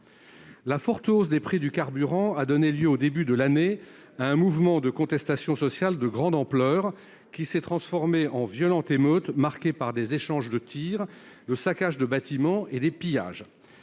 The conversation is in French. La forte hausse du prix du carburant a donné lieu, au début de l'année, à un mouvement de contestation sociale de grande ampleur, qui s'est transformé en violentes émeutes, marquées par des échanges de tirs, le saccage de bâtiments publics et des pillages.